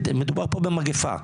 מדובר פה במגפה.